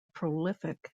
prolific